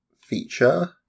feature